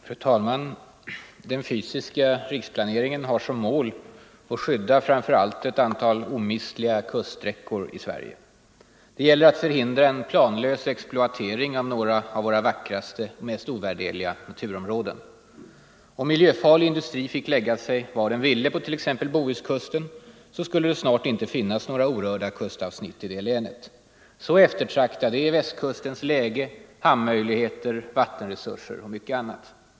Fru talman! Den fysiska riksplaneringen har som mål att skydda framför allt ett antal omistliga kuststräckor i Sverige. Det gäller att förhindra en planlös exploatering av några av våra vackraste och mest ovärderliga naturområden. Om miljöfarlig industri fick lägga sig var den ville på t.ex. Bohuskusten skulle det snart inte finnas några orörda kustavsnitt i det länet. Så eftertraktade är Västkustens läge, hamnmöjligheter, vattenresurser och mycket annat.